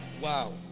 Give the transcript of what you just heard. Wow